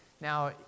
Now